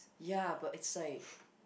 ya but it's like